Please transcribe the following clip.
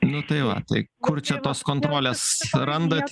nu tai va tai kur čia tos kontrolės randat